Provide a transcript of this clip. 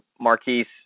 Marquise